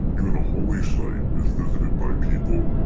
even a holy site, is visited by people